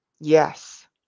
Yes